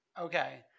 Okay